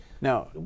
Now